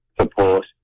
support